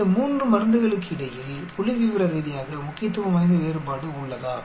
இந்த 3 மருந்துகளுக்கிடையில் புள்ளிவிவர ரீதியாக முக்கியத்துவம் வாய்ந்த வேறுபாடு உள்ளதா